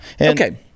Okay